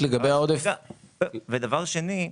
דבר שני.